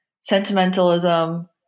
Sentimentalism